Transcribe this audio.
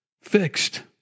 fixed